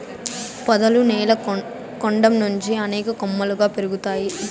పొదలు నేల కాండం నుంచి అనేక కొమ్మలుగా పెరుగుతాయి